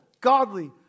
godly